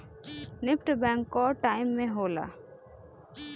NEFT bank कअ time में होला